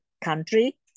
country